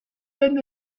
than